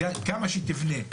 כמה שתבנה,